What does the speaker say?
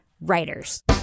WRITERS